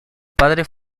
padres